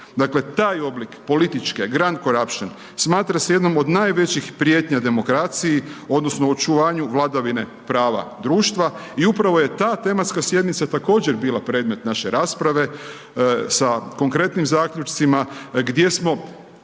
Dakle taj oblik političke grand corruption smatra se jednom od najvećih prijetnja demokraciji odnosno očuvanju vladavine prava društva i upravo je ta tematska sjednica također bila predmet naše rasprave sa konkretnim zaključcima gdje smo